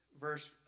verse